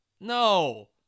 no